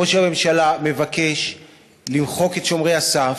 ראש הממשלה מבקש למחוק את שומרי הסף,